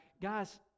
guys